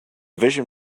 vision